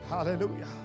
Hallelujah